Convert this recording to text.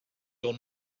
your